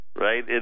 right